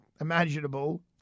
imaginable